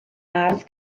ardd